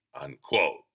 unquote